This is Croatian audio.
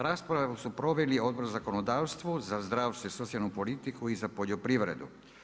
Rasprava je su proveli Odbor za zakonodavstvo, za zdravstvo i socijalnu politiku i za poljoprivredu.